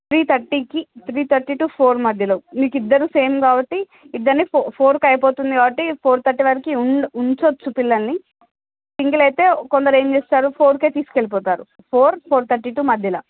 three థర్టీకి three thirty to four మధ్యలో మీకిద్దరూ సేమ్ కాబట్టి ఇద్దరికీ ఫోర్కు అయిపోతుంది కాబట్టి ఫోర్ థర్టీ వరకు ఉంచొచ్చు పిల్లల్ని సింగిల్ కొందరు అయితే ఏం చేస్తారు ఫోర్కే తీసికెళ్ళిపోతారు ఫోర్ ఫోర్ థర్టీ టు మధ్యలో